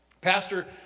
Pastor